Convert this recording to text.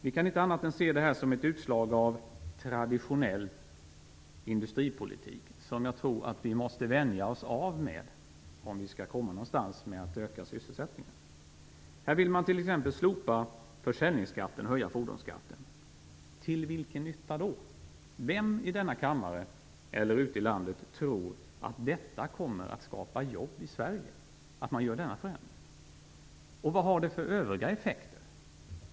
Vi kan inte se det som något annat än ett utslag av traditionell industripolitik, som jag tror att vi måste vänja oss av med om vi skall komma någonstans med att öka sysselsättningen. Här vill man t.ex. slopa försäljningsskatten och höja fordonsskatten. Till vilken nytta då? Vem i denna kammare - eller ute i landet - tror att denna förändring kommer att skapa jobb i Sverige? Och vad har det för andra effekter?